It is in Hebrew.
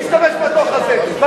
תשתמש בדוח הזה.